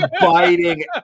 biting